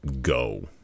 go